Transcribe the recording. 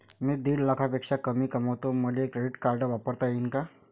मी दीड लाखापेक्षा कमी कमवतो, मले क्रेडिट कार्ड वापरता येईन का?